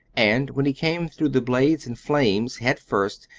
and when he came through the blades and flames head first,